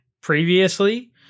previously